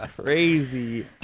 crazy